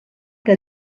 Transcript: que